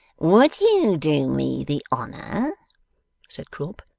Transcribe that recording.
would you do me the honour said quilp.